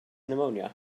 pneumonia